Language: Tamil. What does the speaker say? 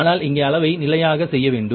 ஆனால் இங்கே அளவை நிலையாக செய்ய வேண்டும்